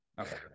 Okay